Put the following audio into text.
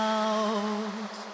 out